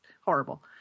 horrible